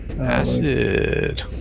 acid